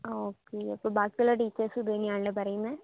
okay അപ്പം ബാക്കിയുള്ള ടീച്ചേഴ്സും ഇത് തന്നെയാണല്ലേ പറയുന്നത്